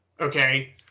Okay